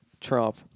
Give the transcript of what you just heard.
Trump